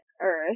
earth